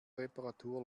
reparatur